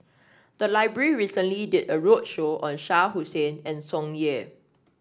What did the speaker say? the library recently did a roadshow on Shah Hussain and Tsung Yeh